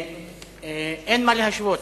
אין מה להשוות.